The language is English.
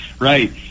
right